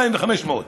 200 ו-500,